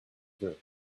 through